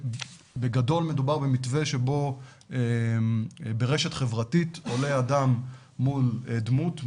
בגדול מדובר במתווה שבו ברשת חברתית עולה אדם מול דמות,